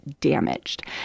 damaged